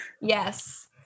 yes